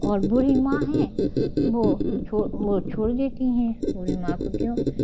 और बूढ़ी माँ है वो वो छोड़ देती है उन्हें माँ को क्यों